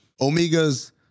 Omega's